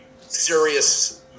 serious